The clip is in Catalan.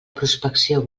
prospecció